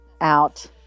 out